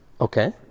Okay